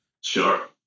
Sure